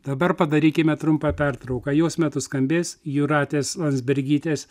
dabar padarykime trumpą pertrauką jos metu skambės jūratės landsbergytės